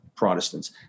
protestants